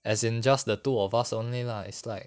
as in just the two of us only lah it's like